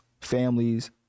families